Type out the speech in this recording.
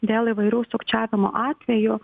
dėl įvairių sukčiavimo atvejų